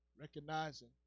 Recognizing